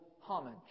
homage